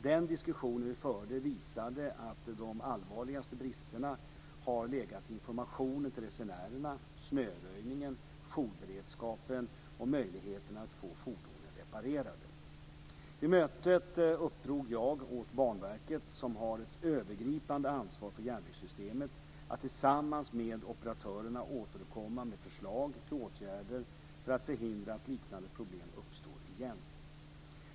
Den diskussion vi förde visade att de allvarligaste bristerna har legat i informationen till resenärerna, snöröjningen, jourberedskapen och möjligheten att få fordonen reparerade. Vid mötet uppdrog jag åt Banverket, som har ett övergripande ansvar för järnvägssystemet, att tillsammans med operatörerna återkomma med förslag till åtgärder för att förhindra att liknande problem uppstår igen.